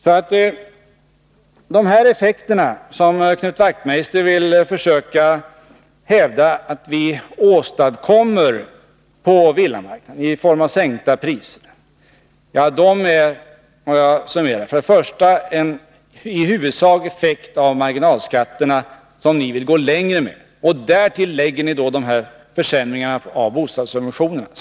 De effekter i form av sänkta priser som Knut Wachtmeister försöker hävda att vi åstadkommer på villamarknaden är, må jag summera, i huvudsak en konsekvens av marginalskattesänkningen, som ni moderater vill gå längre med. Därtill lägger ni försämringarna av bostadssubventionerna.